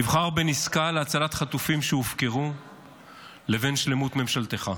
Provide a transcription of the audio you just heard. תבחר בין עסקה להצלת חטופים שהופקרו לבין שלמות ממשלתך.